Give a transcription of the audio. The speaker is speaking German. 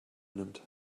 nimmt